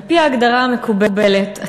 על-פי ההגדרה המקובלת,